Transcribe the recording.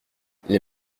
les